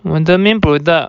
我的 main product